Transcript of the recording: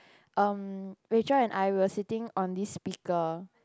um Rachael and I we were sitting on this speaker